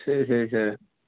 சரி சரி சார்